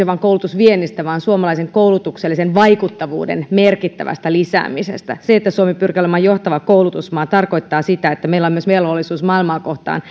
vain koulutusviennistä vaan suomalaisen koulutuksellisen vaikuttavuuden merkittävästä lisäämisestä se että suomi pyrkii olemaan johtava koulutusmaa tarkoittaa sitä että meillä on myös velvollisuus maailmaa kohtaan